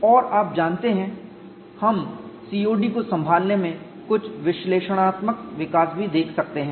और आप जानते हैं हम COD को संभालने में कुछ विश्लेषणात्मक विकास भी देख सकते हैं